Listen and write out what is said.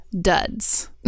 duds